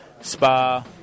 Spa